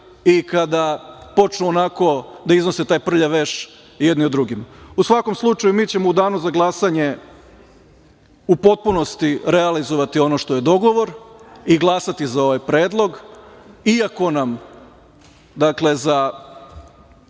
i kada počnu onako da iznose taj prljav veš jedni o drugima.U svakom slučaju, mi ćemo u danu za glasanje u potpunosti realizovati ono što je dogovor i glasati za ovaj predlog, iako nam za